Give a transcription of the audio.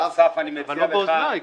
אבל לא באוזניי.